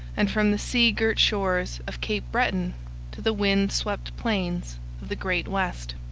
and from the sea-girt shores of cape breton to the wind-swept plains of the great west.